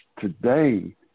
today